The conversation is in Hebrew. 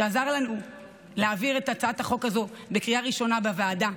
שעזר לנו להעביר את הצעת החוק הזו בקריאה ראשונה בוועדה.